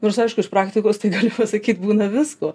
nors aišku iš praktikos tai galiu pasakyt būna visko